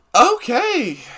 Okay